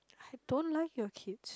I don't like your kids